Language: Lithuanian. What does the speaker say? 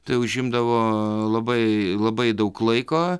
tai užimdavoo labai labai daug laiko